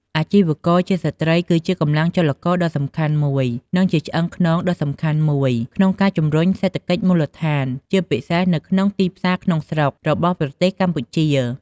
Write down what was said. អាជីវករជាស្ត្រីគឺជាកម្លាំងចលករដ៏សំខាន់ និងជាឆ្អឹងខ្នងដ៏សំខាន់មួយក្នុងការជំរុញសេដ្ឋកិច្ចមូលដ្ឋាន ជាពិសេសនៅក្នុងទីផ្សារក្នុងស្រុករបស់ប្រទេសកម្ពុជា។